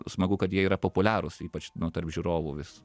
smagu kad jie yra populiarūs ypač nu tarp žiūrovų vis